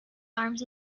arms